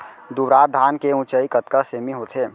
दुबराज धान के ऊँचाई कतका सेमी होथे?